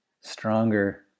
stronger